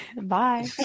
Bye